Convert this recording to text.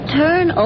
turn